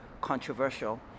controversial